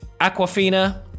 Aquafina